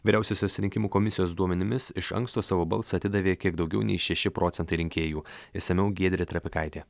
vyriausiosios rinkimų komisijos duomenimis iš anksto savo balsą atidavė kiek daugiau nei šeši procentai rinkėjų išsamiau giedrė trepikaitė